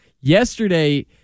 yesterday